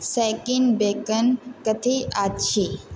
शैकीन bacon कथी अछि